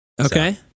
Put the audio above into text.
Okay